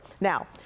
Now